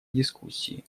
дискуссии